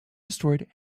destroyed